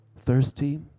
thirsty